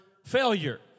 Failure